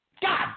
God